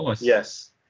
yes